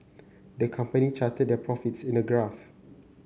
the company charted their profits in a graph